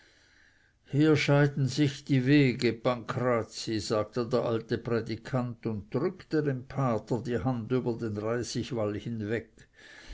hier scheiden sich die wege pancrazi sagte der alte prädikant und drückte dem pater die hand über den reisigwall hinweg